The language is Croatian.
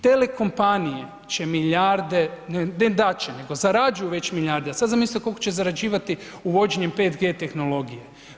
Telekompanije će milijarde, ne da će, nego zarađuju već milijarde, a sada zamislite koliko će zarađivati uvođenjem 5G tehnologije.